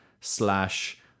slash